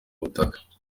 butaka